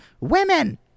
women